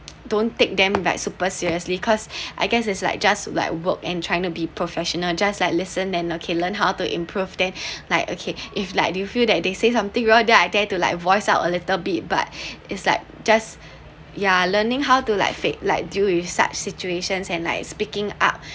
don't take them back super seriously because I guess it's like just like work and trying to be professional just like listen then okay learn how to improve then like okay if like you feel that they say something wrong then I dare to like voice out a little bit but is like just yeah learning how to like face like deal with such situations and like speaking up